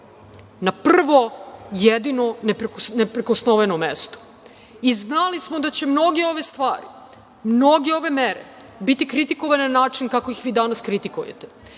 na prvo jedino, neprikosnoveno mesto. Znali smo da će mnoge ove stvari, mnoge ove mere biti kritikovane na način kako ih vi danas kritikujete